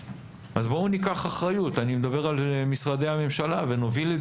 בואו ניקח אחריות - אני מדבר על משרדי הממשלה ונוביל את